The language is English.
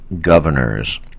governors